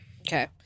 Okay